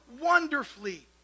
wonderfully